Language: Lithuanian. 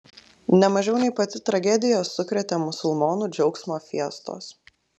ne mažiau nei pati tragedija sukrėtė musulmonų džiaugsmo fiestos